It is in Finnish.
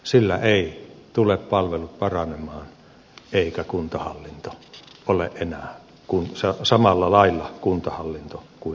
sillä eivät tule palvelut paranemaan eikä kuntahallinto ole enää samalla lailla kuntahallinto kuin se on ollut